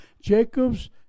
Jacob's